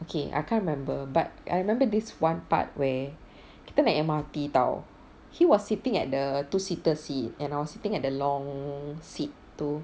okay I can't remember but I remember this one part where kita naik M_R_T [tau] he was sitting at the two seater seat and I was sitting at the long seat tu